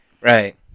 Right